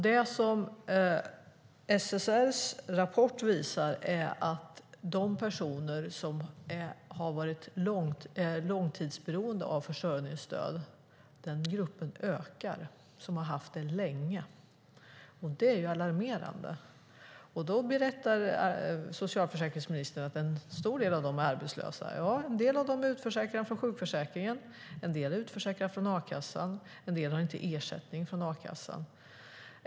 Det som SSR:s rapport visar är att de personer som är långtidsberoende av försörjningsstöd, som har haft det länge, den gruppen ökar. Det är alarmerande. Då berättar socialförsäkringsministern att en stor del av dem är arbetslösa. Ja, en del av dem är utförsäkrade från sjukförsäkringen. En del är utförsäkrade från a-kassan. En del har inte ersättning från a-kassan.